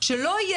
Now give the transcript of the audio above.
להגיע